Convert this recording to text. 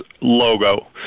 logo